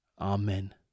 Amen